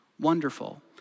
wonderful